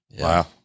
Wow